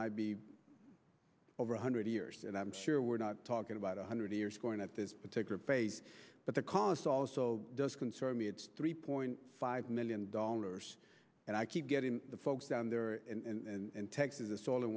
might be over one hundred years and i'm sure we're not talking about one hundred years going at this particular base but the cost also does concern me it's three point five million dollars and i keep getting the folks down there in texas all